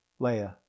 Leia